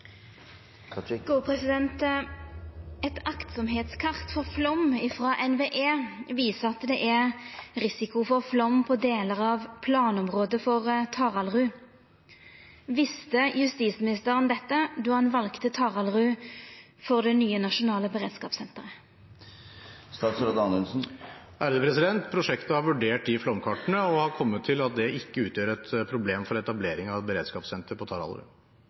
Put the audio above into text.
risiko for flaum på deler av planområdet til Taraldrud. Visste justisministeren dette då han valde Taraldrud som det nye nasjonale beredskapssenteret? Prosjektet har vurdert de flomkartene og har kommet til at det ikke utgjør et problem for etableringen av et beredskapssenter på